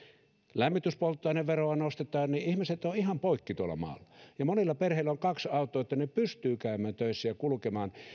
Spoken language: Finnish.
lämmityspolttoaineveroa ihmiset ovat ihan poikki tuolla maalla ja monilla perheillä on kaksi autoa että he pystyvät käymään töissä ja kulkemaan